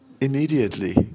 immediately